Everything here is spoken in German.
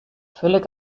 völlig